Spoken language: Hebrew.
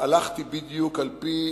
הלכתי בדיוק על-פי